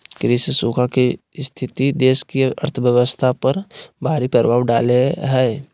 कृषि सूखा के स्थिति देश की अर्थव्यवस्था पर भारी प्रभाव डालेय हइ